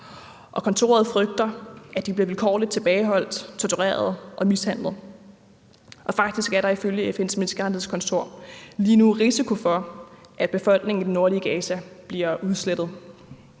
og kontoret frygter, at de bliver vilkårligt været holdt, tortureret og mishandlet. Faktisk er der ifølge FN's menneskerettighedskontor lige nu risiko for, at befolkningen i det nordlige Gaza bliver udslettet.